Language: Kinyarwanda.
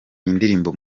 indirimbo